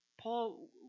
Paul